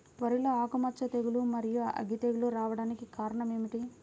వరిలో ఆకుమచ్చ తెగులు, మరియు అగ్గి తెగులు రావడానికి కారణం ఏమిటి?